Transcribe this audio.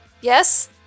Yes